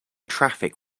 traffic